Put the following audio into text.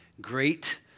great